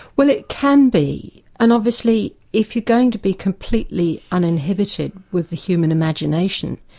well it can be. and obviously if you're going to be completely uninhibited with the human imagination,